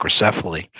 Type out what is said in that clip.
microcephaly